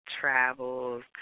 travels